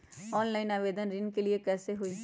Online आवेदन ऋन के लिए कैसे हुई?